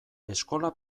eskola